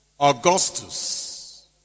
Augustus